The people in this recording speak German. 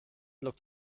lockt